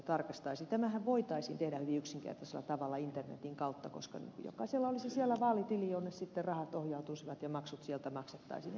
tämähän voitaisiin tehdä hyvin yksinkertaisella tavalla internetin kautta koska jokaisella olisi siellä vaalitili jonne sitten rahat ohjautuisivat ja maksut sieltä maksettaisiin